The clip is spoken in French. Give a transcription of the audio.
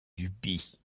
duby